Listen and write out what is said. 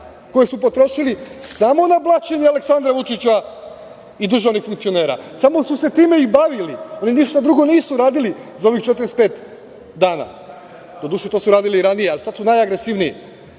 koje su potrošili samo na blaćenje Aleksandra Vučića i državnih funkcionera, samo su se time i bavili, oni ništa drugo nisu radili za ovih 45 dana, do duše to su radili i ranije, ali sada su najagresivniji. Dragan